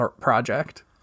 project